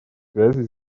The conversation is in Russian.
связей